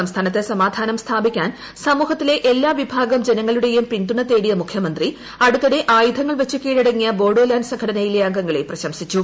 സംസ്ഥാനത്ത് സമാധാനം സ്ഥാപ്പിക്ക്മെൻ സമൂഹത്തിലെ എല്ലാ വിഭാഗം ജനങ്ങളുടെയും പിന്തുണ തേടിയ മുഖ്പൂർന്തി അടുത്തിടെ ആയുധങ്ങൾ വച്ച് കീഴടങ്ങിയ ബോഡോല്പാ്ന്റ് സംഘടനയിലെ അംഗങ്ങളെ പ്രശംസിച്ചു